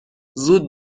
زود